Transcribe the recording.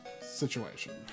situation